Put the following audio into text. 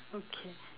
okay